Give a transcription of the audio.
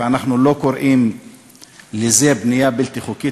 אנחנו לא קוראים לזה בנייה בלתי חוקית,